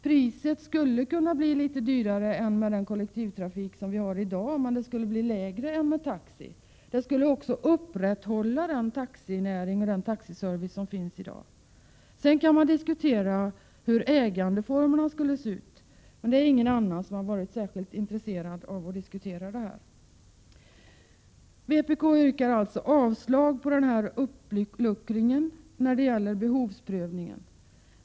Priset skulle visserligen kunna bli litet högre än i dagens kollektivtrafik, men lägre än för dagens taxi. Med en sådan här ordning skulle man också kunna upprätthålla den taxinäring och den taxiservice som finns i dag. Man kan vidare diskutera ägandeformerna för en sådan här verksamhet, men inga andra har varit särskilt intresserade av att gå in på sådana frågor. Vpk yrkar alltså avslag på uppluckringen av behovsprövningen.